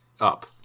up